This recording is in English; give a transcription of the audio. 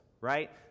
right